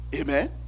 Amen